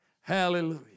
Hallelujah